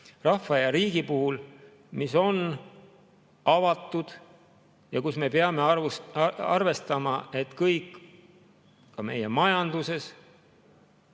rahva ja riigi puhul, mis on avatud ja kus me peame arvestama, et kõike, ka meie majanduses,